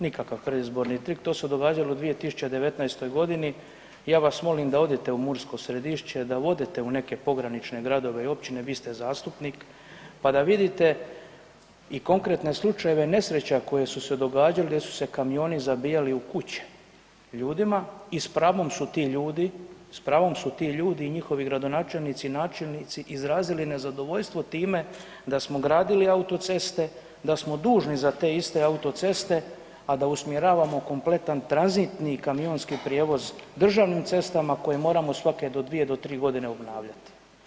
Nikakav predizborni trik, to se događalo 2019. godine i ja vas molim da odete u Mursko Središće da odete u neke pogranične gradove i općine, vi ste zastupnik pa da vidite i konkretne slučajeve nesreća koje su se događale gdje su se kamioni zabijali u kuće ljudima i s pravom su ti ljudi i njihovi gradonačelnici i načelnici izrazili nezadovoljstvo time da smo gradili autoceste, da smo dužni za te iste autoceste, a da usmjeravamo kompletan tranzitni kamionski prijevoz državnim cestama koje moramo svake dvije do tri godine obnavljati.